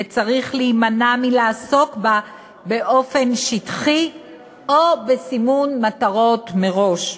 וצריך להימנע מלעסוק בה באופן שטחי או בסימון מטרות מראש.